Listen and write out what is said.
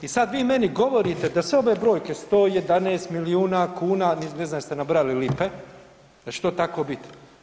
I sad vi meni govorite da su ove brojke, 111 milijuna kuna, ne znam jeste nabrojali lipe, da će to tako biti.